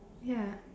ya